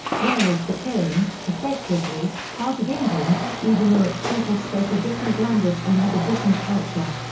wales became, effectively, part of england, even though its people spoke a different language and had a different culture.